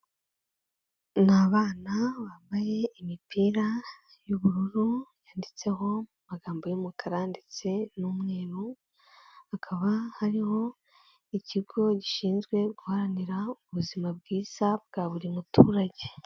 Ni abana bambaye imipira y'ubururu, yanditseho amagambo y'umukara ndetse n'umweru, hakaba hariho ikigo gishinzwe guharanira ubuzima bwiza bwa buri muturage.